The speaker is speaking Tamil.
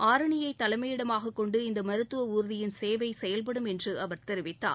ஆரணியை தலைமையிடமாக கொண்டு இந்த மருத்துவ ஊர்தியின் சேவை செயல்படும் என்று அவர் தெரிவித்தார்